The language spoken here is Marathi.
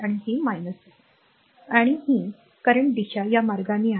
आणि ही r Current दिशा या मार्गाने आहे